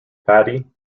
patty